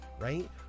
right